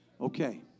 Okay